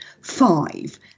five